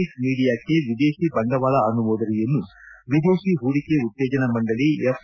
X ಮೀಡಿಯಾಕ್ಷೆ ವಿದೇಶೀ ಬಂಡವಾಳ ಅನುಮೋದನೆಯನ್ನು ವಿದೇಶೀ ಹೂಡಿಕೆ ಉತ್ತೇಜನ ಮಂಡಳಿ ಎಫ್